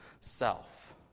self